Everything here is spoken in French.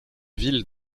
ville